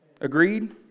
agreed